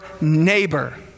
neighbor